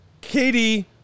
Katie